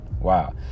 Wow